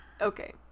okay